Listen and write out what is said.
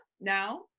now